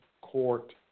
Court